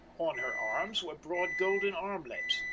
on her arms were broad golden armlets,